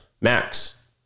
max